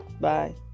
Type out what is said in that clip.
Bye